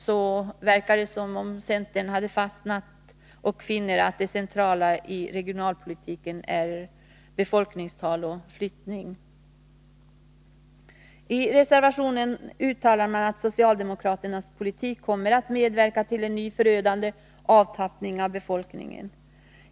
Det verkar som om centern hade fastnat och funnit att det centrala i regionalpolitiken är befolkningstal och flyttning. I reservationen uttalas att socialdemokraternas politik kommer att medverka till en ny förödande avtappning av befolkningen.